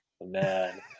Man